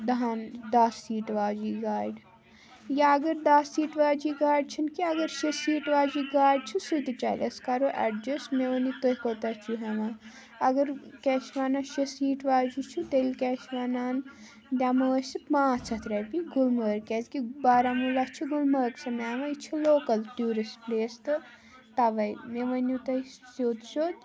دَہن دَہ سیٹ واجن گاڑِ یا اگر دَہ سیٹ واجن گاڑِ چَھنہ کینٛہہ اگر شیٚے سیٹ واجن گاڑِ چھِ سُتہِ چَلہِ أسۍ کَرو ایڑجَسٹ مےٚ ؤنو تُہی کوتاہ چھو ہیٚوان اگر کیٛاہ چھِ ونان شیٚے سیٹ واجن چھُ تیلہِ کیٛاہ چھُ ونان دیٚمو أسۍ پانژھ ہَتھ رۄپیہ گُلمَرگ کیازِ کہِ بارہمولہ چھِ گلمَرگ سٕے منٛز پیٚوان یہِ چھُ لوکَل ٹیورسٹ پٕلیس تہٕ تَواے مےٚ ؤنیو تُہۍ سیٚود سیٚود